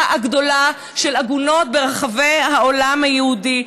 הגדולה של עגונות ברחבי העולם היהודי.